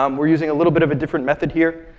um we're using a little bit of a different method here.